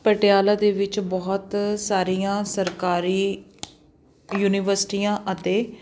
ਪਟਿਆਲਾ ਦੇ ਵਿੱਚ ਬਹੁਤ ਸਾਰੀਆਂ ਸਰਕਾਰੀ ਯੂਨੀਵਰਸਿਟੀਆਂ ਅਤੇ